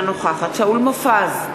אינה נוכחת שאול מופז,